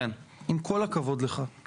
עם כל הכבוד לך,